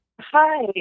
Hi